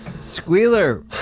Squealer